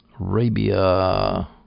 Arabia